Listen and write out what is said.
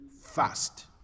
fast